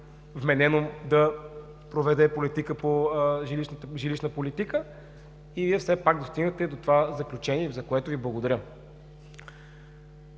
вменено – да проведе жилищна политика и все пак стигнахте до това заключение, за което Ви благодаря.